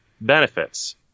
benefits